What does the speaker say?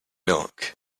milk